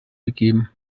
begeben